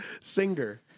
Singer